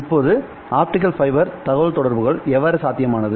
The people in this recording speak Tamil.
இப்போது ஆப்டிகல் ஃபைபர் தகவல்தொடர்புகள் எவ்வாறு சாத்தியமானது